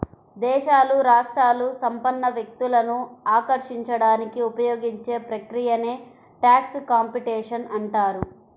దేశాలు, రాష్ట్రాలు సంపన్న వ్యక్తులను ఆకర్షించడానికి ఉపయోగించే ప్రక్రియనే ట్యాక్స్ కాంపిటీషన్ అంటారు